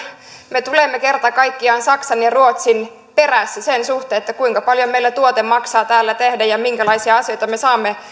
me tulemme kerta kaikkiaan saksan ja ruotsin perässä sen suhteen kuinka paljon meillä tuote maksaa täällä tehdä ja minkälaisia asioita me saamme